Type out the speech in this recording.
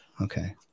Okay